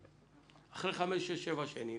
אחרי 5-7 שנים